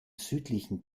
südlichen